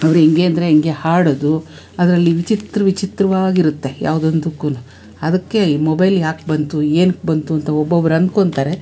ಅವ್ರು ಹಿಂಗೆ ಅಂದರೆ ಹಿಂಗೆ ಹಾಡೋದು ಅದರಲ್ಲಿ ವಿಚಿತ್ರ ವಿಚಿತ್ರವಾಗಿರುತ್ತೆ ಯಾವುದೊಂದಕ್ಕೂ ಅದಕ್ಕೆ ಈ ಮೊಬೈಲ್ ಯಾಕೆ ಬಂತು ಏನ್ಕೆ ಬಂತು ಅಂತ ಒಬ್ಬೊಬ್ರು ಅಂದ್ಕೊಳ್ತಾರೆ